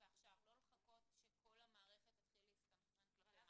לא לחכות שכל המערכת תתחיל להסתנכרן כלפי מטה.